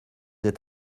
êtes